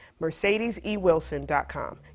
mercedesewilson.com